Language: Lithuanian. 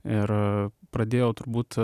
ir pradėjau turbūt